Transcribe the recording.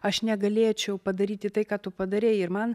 aš negalėčiau padaryti tai ką tu padarei ir man